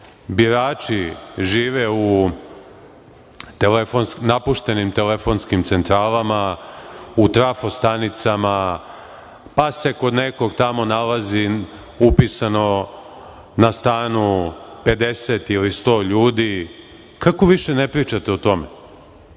birači žive u napuštenim telefonskim centralama, u trafostanicama, pa se kod nekog tamo nalazi upisano na stanu 50 ili 100 ljudi. Kako više ne pričate o tome?